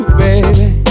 baby